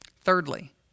Thirdly